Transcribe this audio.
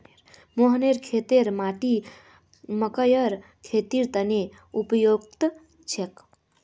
मोहनेर खेतेर माटी मकइर खेतीर तने उपयुक्त छेक